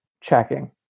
checking